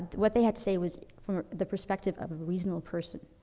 what they had to say was from a the perspective of a reasonable person,